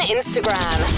Instagram